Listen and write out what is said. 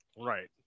right